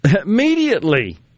immediately